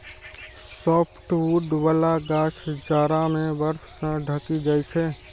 softwood बला गाछ जाड़ा मे बर्फ सं ढकि जाइ छै